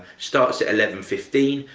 starts at eleven fifteen.